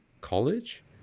college